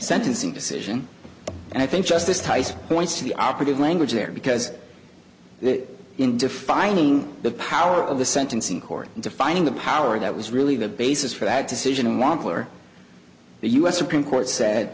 sentencing decision and i think justice tice points to the operative language there because in defining the power of the sentencing court defining the power that was really the basis for that decision and wampler the u s supreme court said